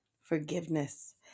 forgiveness